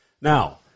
Now